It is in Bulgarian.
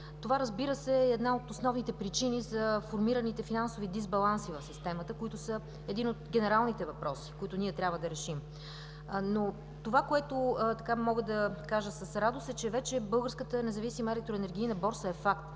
Това, разбира се, е една от основните причини за формираните финансови дисбаланси в системата, които са един от генералните въпроси, които трябва да решим. Това, което мога да кажа с радост, е, че Българската независима електроенергийна борса вече е факт.